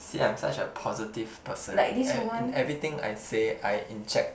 see I'm such a positive person in everything I say I inject